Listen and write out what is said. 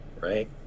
right